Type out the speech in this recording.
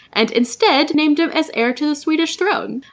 and instead named him as heir to the swedish throne.